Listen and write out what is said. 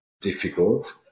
difficult